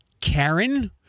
Karen